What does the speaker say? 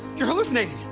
you're hallucinating.